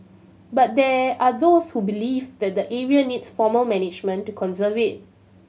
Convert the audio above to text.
but there are those who believe that the area needs formal management to conserve it